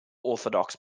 orthodox